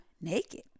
naked